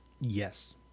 Yes